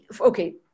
okay